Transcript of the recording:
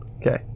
Okay